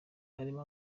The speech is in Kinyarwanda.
harimo